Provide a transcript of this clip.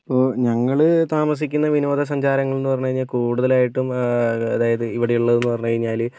ഇപ്പോൾ ഞങ്ങള് താമസിക്കുന്ന വിനോദ സഞ്ചാരങ്ങൾ എന്ന് പറഞ്ഞു കഴിഞ്ഞാൽ കൂടുതലായിട്ടും അതായത് ഇവിടെ ഉള്ളത് എന്ന് പറഞ്ഞു കഴിഞ്ഞാല്